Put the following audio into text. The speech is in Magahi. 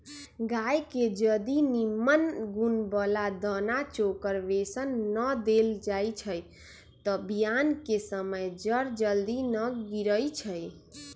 गाय के जदी निम्मन गुण बला दना चोकर बेसन न देल जाइ छइ तऽ बियान कें समय जर जल्दी न गिरइ छइ